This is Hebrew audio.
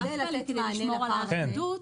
לשמור על אחידות.